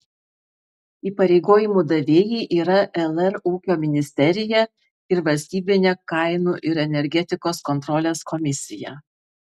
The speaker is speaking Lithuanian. įpareigojimų davėjai yra lr ūkio ministerija ir valstybinė kainų ir energetikos kontrolės komisija